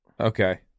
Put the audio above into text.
Okay